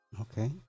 okay